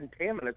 contaminants